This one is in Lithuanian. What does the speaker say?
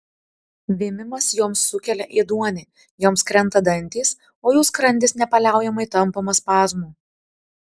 vėmimas joms sukelia ėduonį joms krenta dantys o jų skrandis nepaliaujamai tampomas spazmų